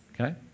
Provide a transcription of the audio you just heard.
Okay